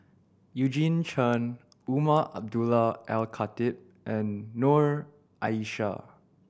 Eugene Chen Umar Abdullah Al Khatib and Noor Aishah